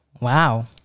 wow